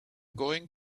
going